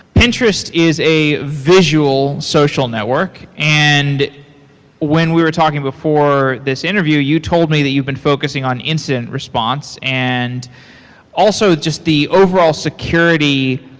pinterest is a visual social network, and when we we're talking before this interview, you told me that you've been focusing on incident response and also just the overall security,